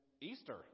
Easter